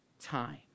time